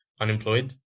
unemployed